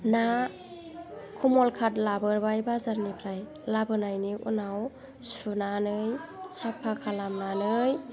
ना खमल खात लाबोबाय बाजारनिफ्राय लाबोनायनि उनाव सुनानै साफा खालामनानै